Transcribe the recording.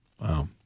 Wow